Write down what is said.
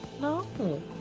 No